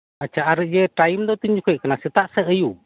ᱟᱪᱪᱷᱟ ᱟᱨ ᱤᱭᱟᱹ ᱴᱟᱭᱤᱢ ᱫᱚ ᱛᱤᱱᱡᱚᱠᱷᱟᱹᱡ ᱠᱟᱱᱟ ᱥᱮᱛᱟᱜ ᱥᱮ ᱟᱹᱭᱩᱵ